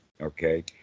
Okay